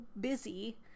busy